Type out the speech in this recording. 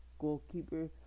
goalkeeper